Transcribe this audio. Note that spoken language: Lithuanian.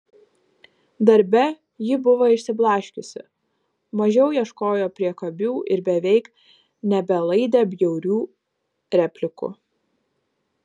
darbe ji buvo išsiblaškiusi mažiau ieškojo priekabių ir beveik nebelaidė bjaurių replikų